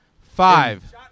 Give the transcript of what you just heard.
Five